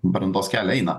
brandos kelią eina